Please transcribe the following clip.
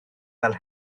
fel